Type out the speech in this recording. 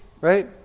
Right